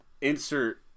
insert